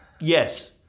Yes